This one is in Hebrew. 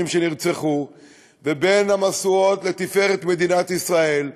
שנרצחו ובין המשואות לתפארת מדינת ישראל,